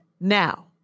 Now